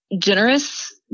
generous